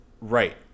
right